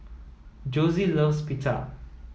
Josie loves Pita